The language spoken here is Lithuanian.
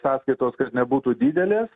sąskaitos kad nebūtų didelės